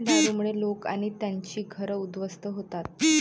दारूमुळे लोक आणि त्यांची घरं उद्ध्वस्त होतात